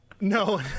No